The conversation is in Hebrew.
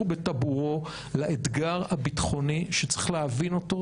בטבורו לאתגר הביטחוני שצריך להבין אותו,